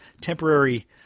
temporary